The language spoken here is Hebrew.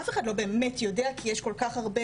אך אחד לא באמת יודע כי יש כל כך הרבה